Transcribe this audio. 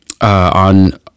on